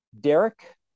Derek